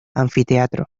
anfiteatro